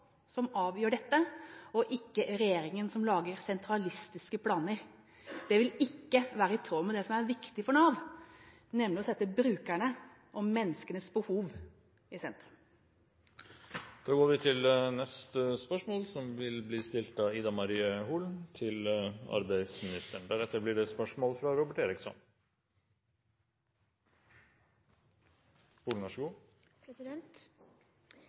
som avgjør dette, og at det ikke er regjeringen som lager sentralistiske planer. Det vil ikke være i tråd med det som er viktig for Nav, nemlig det å sette brukerne og menneskenes behov i sentrum. «Ål kommune har mange døve innbyggere i forhold til